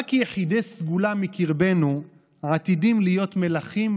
"רק יחידי סגולה מקרבנו עתידים להיות מלכים,